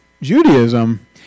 Judaism